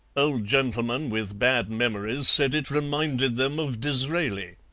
old gentlemen with bad memories said it reminded them of disraeli.